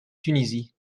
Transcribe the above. tunisie